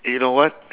you know what